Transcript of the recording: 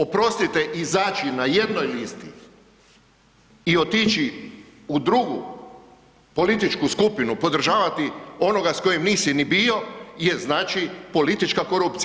Oprostite, izaći na jednoj listi i otići u drugu političku skupinu, podržavati onoga s kojim nisi ni bio je znači politička korupcija.